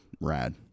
rad